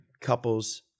couples